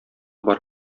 бар